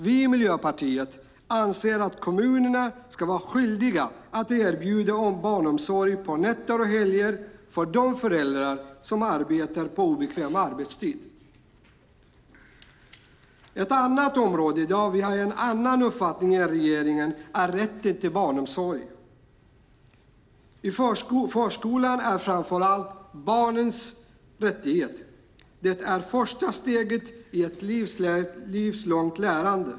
Vi i Miljöpartiet anser att kommunerna ska vara skyldiga att erbjuda omsorg på nätter och helger för de föräldrar som arbetar på obekväm arbetstid. Ett annat område där vi har en annan uppfattning än regeringen gäller rätten till barnomsorg. Förskolan är framför allt barnets rättighet. Det är det första steget i ett livslångt lärande.